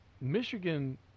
Michigan